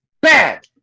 Bad